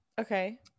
okay